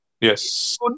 Yes